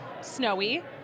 snowy